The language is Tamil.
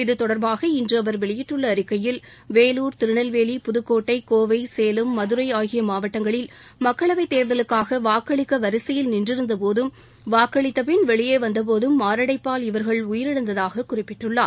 இது தொடர்பாக இன்று அவர் வெளியிட்டுள்ள அறிக்கையில் வேலூர் திருநெல்வேலி புதக்னோட்டை கோவை சேலம் மதுரை ஆகிய மாவட்டங்களில் மக்களவைத் தேர்தலுக்காக வாக்களிக்க வரிசையில் நின்றிருந்தபோதும் வாக்களித்த பின் வெளியே வந்தபோதும் மாரடைப்பால் இவர்கள் உயிரிழந்ததாகக் குறிப்பிட்டுள்ளார்